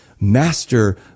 master